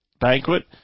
banquet